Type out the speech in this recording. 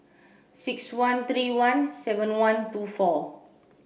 six one three one seven one two four